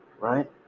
right